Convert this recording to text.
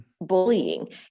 bullying